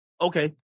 Okay